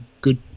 good